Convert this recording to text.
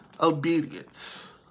Obedience